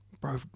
bro